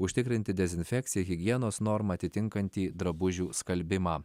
užtikrinti dezinfekciją higienos normą atitinkantį drabužių skalbimą